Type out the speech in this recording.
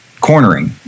cornering